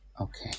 Okay